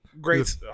Great